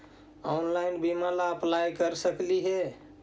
Online बीमा ला apply कर सकली हे?